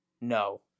No